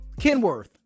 Kenworth